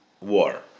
war